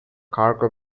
cargo